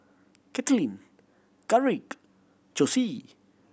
Kaitlin Garrick Josie